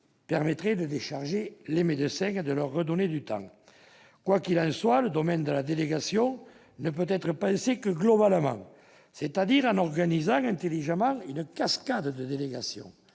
permettrait d'alléger la tâche des médecins et de leur redonner du temps. Quoi qu'il en soit, le domaine de la délégation ne peut être pensé que globalement, c'est-à-dire en organisant intelligemment une cascade de délégations.